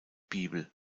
bibel